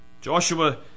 Joshua